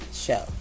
show